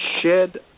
shed